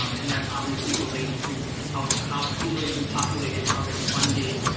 um and that obviously relates to how how schools are even populated, how they're funded,